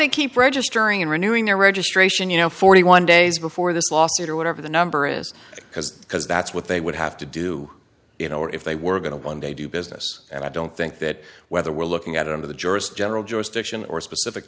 they keep registering in renewing their registration you know forty one days before this lawsuit or whatever the number is because because that's what they would have to do you know if they were going to one day do business and i don't think that whether we're looking at it under the jurist general just action or specific